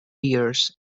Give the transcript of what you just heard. years